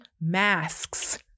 masks